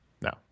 no